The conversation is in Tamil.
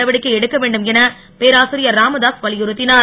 நடவடிக்கை எடுக்க வேண்டும் என பேராசிரியர் ராமதாஸ் வலியுறுத்தினார்